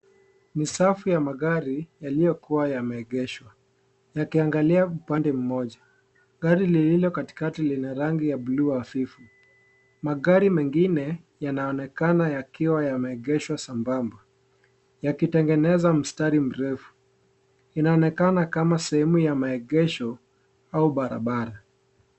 Ni safu ya magari yaliyokuwa yameegeshwa. Yakiangalia upande moja. Gari lililo katikati lina rangi ya buluu hafifu. Magari mengine, yanaonekana yakiwa yameegeshwa sambamba, yakitengeneza mistari mirefu. Inaonekana kama sehemu ya maegesho au barabara.